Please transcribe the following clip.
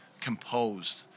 composed